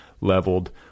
leveled